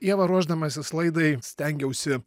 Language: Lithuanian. ieva ruošdamasis laidai stengiausi